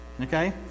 Okay